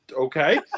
Okay